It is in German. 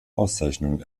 auszeichnungen